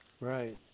Right